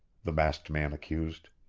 the masked man accused.